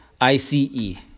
I-C-E